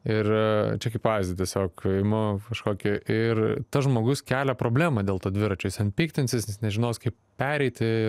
ir čia kaip pavyzdį tiesiog imu kažkokį ir tas žmogus kelia problemą dėl to dviračio jis ten piktinsis nes nežinos kaip pereiti